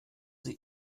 sie